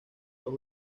los